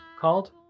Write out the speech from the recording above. called